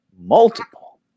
Multiple